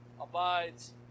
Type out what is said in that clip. abides